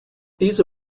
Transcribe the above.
these